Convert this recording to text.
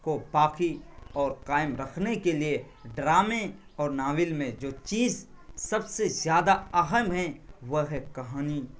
کو باقی اور قائم رکھنے کے لیے ڈرامے اور ناول میں جو چیز سب سے زیادہ اہم ہے وہ ہے کہانی